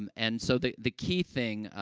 um and so, the the key thing,